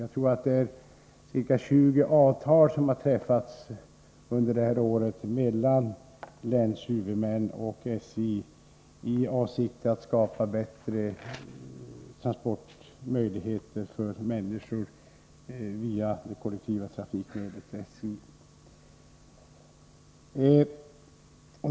Jag tror att ca 20 avtal mellan länshuvudmän och SJ har träffats under det gångna året i avsikt att skapa bättre transportmöjligheter för människor via det kollektiva trafikmedlet SJ.